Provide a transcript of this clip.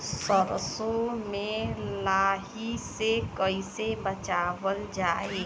सरसो में लाही से कईसे बचावल जाई?